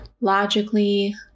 logically